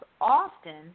often